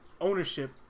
ownership